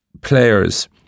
players